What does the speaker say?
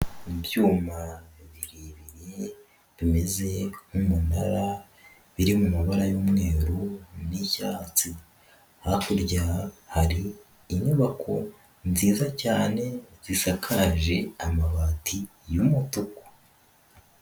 Ibyuma birebire bimeze nk'umunara, biri mu mabara y'umweru n'icyatsi, hakurya hari inyubako nziza cyane zisakaje, amabati y'umutuku.